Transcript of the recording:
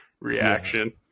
reaction